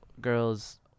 girls